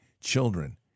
children